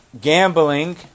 gambling